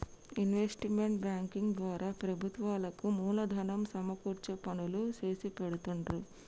investment banking ద్వారా ప్రభుత్వాలకు మూలధనం సమకూర్చే పనులు చేసిపెడుతుండ్రు